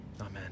amen